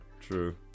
True